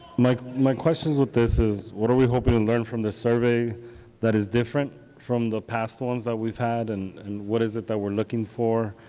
my my question with this is what are we hoping to learn from this survey that is different from the past ones that we've had and and what is it that we are looking for?